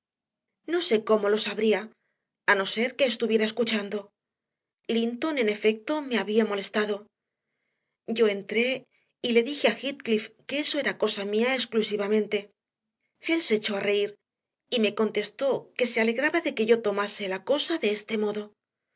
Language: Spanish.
no sé cómo lo sabría a no ser que estuviera escuchando linton en efecto me había molestado yo entré y le dije a heathcliff que eso era cosa mía exclusivamente él se echó a reír y me contestó que se alegraba de que yo tomase la cosa de este modo